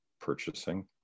purchasing